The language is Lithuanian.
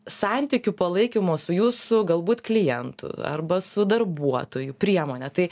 santykių palaikymo su jūsų galbūt klientu arba su darbuotoju priemonė tai